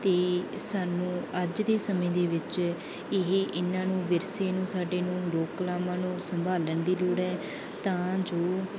ਅਤੇ ਸਾਨੂੰ ਅੱਜ ਦੇ ਸਮੇਂ ਦੇ ਵਿੱਚ ਇਹ ਇਹਨਾਂ ਨੂੰ ਵਿਰਸੇ ਨੂੰ ਸਾਡੇ ਨੂੰ ਲੋਕ ਕਲਾਵਾਂ ਨੂੰ ਸੰਭਾਲਣ ਦੀ ਲੋੜ ਹੈ ਤਾਂ ਜੋ